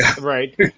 Right